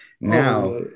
now